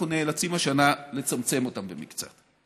שהשנה אנחנו נאלצים לצמצם אותם קצת.